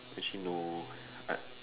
actually no I